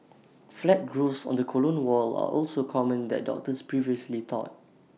flat growths on the colon wall are also common that doctors previously thought